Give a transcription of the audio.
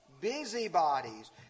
busybodies